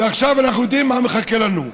עכשיו אנחנו יודעים מה מחכה לנו.